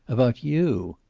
about you.